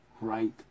right